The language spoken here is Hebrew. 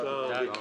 1 נגד,